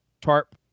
tarp